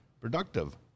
productive